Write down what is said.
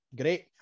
great